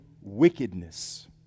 wickedness